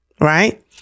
right